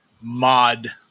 mod